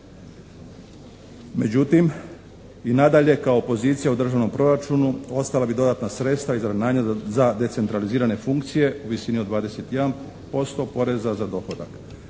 Međutim i nadalje kao pozicija u državnom proračunu ostala bi dodatna sredstva izravnanja za decentralizirane funkcije u visini od 21% poreza za dohodak,